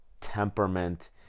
temperament